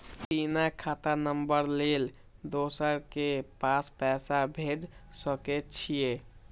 बिना खाता नंबर लेल दोसर के पास पैसा भेज सके छीए?